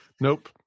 Nope